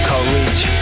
Courage